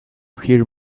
hear